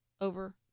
over